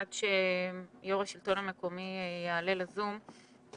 עד שיושב ראש השלטון המקומי יעלה לזום.